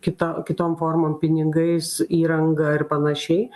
kita kitom formom pinigais įranga ir panašiai